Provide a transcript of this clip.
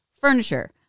Furniture